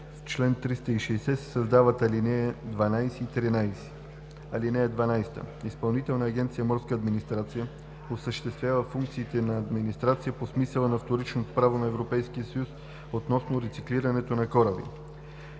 чл. 360 се създават ал. 12 и 13: „(12) Изпълнителна агенция „Морска администрация“ осъществява функциите на „администрация“ по смисъла на вторичното право на Европейския съюз относно рециклирането на кораби.